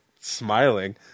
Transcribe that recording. smiling